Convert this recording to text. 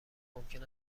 ممکن